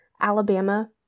Alabama